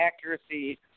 Accuracy